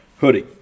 hoodie